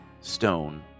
stone